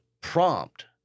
prompt